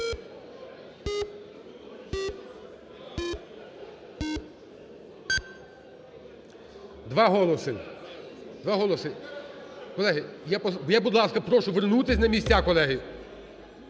два голоси. Колеги, я, будь ласка, прошу вернутись на місця, колеги.